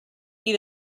eat